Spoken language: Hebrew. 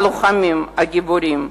הלוחמים הגיבורים.